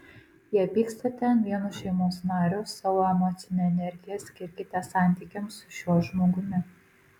jei pykstate ant vieno šeimos nario savo emocinę energiją skirkite santykiams su šiuo žmogumi